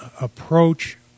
Approach